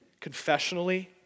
confessionally